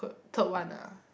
third one ah